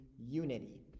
unity